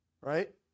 right